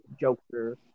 Joker